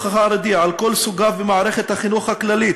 החרדי על כל סוגיו במערכת החינוך הכללית.